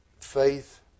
faith